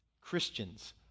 christians